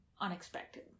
unexpected